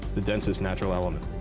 the densest natural element.